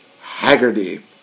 Haggerty